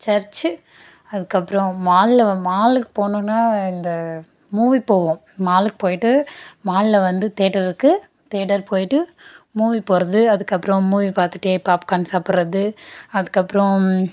church அதற்கப்றம் மாலில் மால்க்கு போனோம்னா இந்த மூவிக்கு போவோம் மால்க்கு போயிவிட்டு மாலில் வந்து தேட்டர் இருக்கு தேட்டர் போயிவிட்டு மூவி போகறது அதற்கப்றம் மூவி பார்த்துட்டே பாப்கான் சாப்புடுறது அதற்கப்றம்